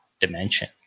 dimension